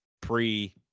pre